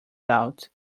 doubt